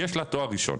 יש לה תואר ראשון.